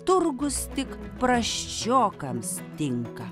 turgus tik prasčiokams tinka